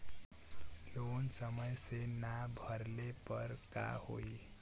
Loan समय से ना भरले पर का होयी?